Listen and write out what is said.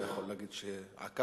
אתה יכול להגיד שעקבת,